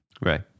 right